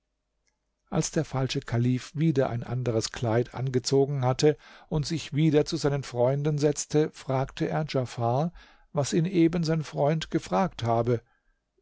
als der falsche kalif wieder ein anderes kleid angezogen hatte und sich wieder zu seinen freunden setzte fragte er djafar was ihn eben sein freund gefragt habe